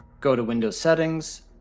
go to windows settings,